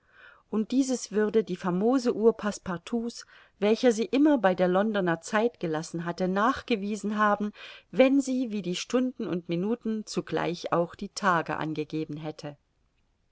und dieses würde die famose uhr passepartout's welcher sie immer bei der londoner zeit gelassen hatte nachgewiesen haben wenn sie wie die stunden und minuten zugleich auch die tage angegeben hätte